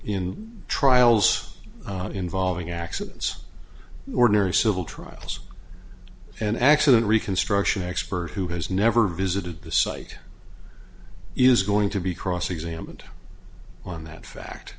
in trials involving accidents ordinary civil trials and accident reconstruction expert who has never visited the site is going to be cross examined on that